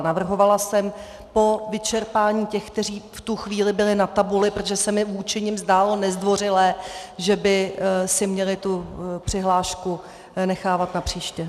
Navrhovala jsem po vyčerpání těch, kteří v tu chvíli byli na tabuli, protože se mi vůči nim zdálo nezdvořilé, že by si měli přihlášku nechávat napříště.